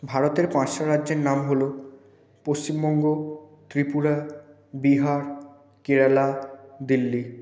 ভারতের পাঁচটা রাজ্যের নাম হলো পশ্চিমবঙ্গ ত্রিপুরা বিহার কেরালা দিল্লি